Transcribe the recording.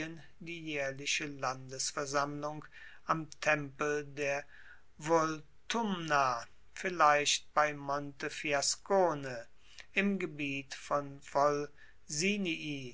die jaehrliche landesversammlung am tempel der voltumna vielleicht bei montefiascone im gebiet von